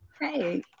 hey